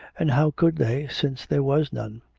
and how could they, since there was none?